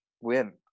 Win